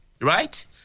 right